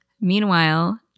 Meanwhile